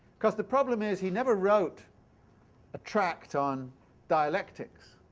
because the problem is he never wrote a tract on dialectics.